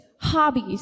hobbies